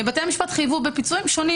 בתי המשפט חייבו בפיצויים שונים.